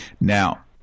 Now